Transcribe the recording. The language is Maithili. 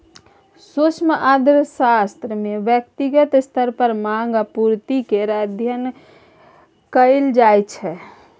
सूक्ष्म अर्थशास्त्र मे ब्यक्तिगत स्तर पर माँग आ पुर्ति केर अध्ययन कएल जाइ छै